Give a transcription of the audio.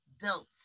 built